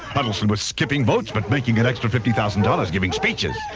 huddleston was skipping votes but making an extra fifty thousand dollars giving speeches.